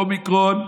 אומיקרון,